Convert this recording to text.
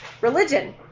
religion